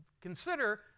consider